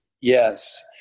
yes